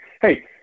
hey